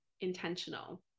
intentional